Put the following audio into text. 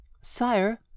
Sire